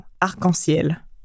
arc-en-ciel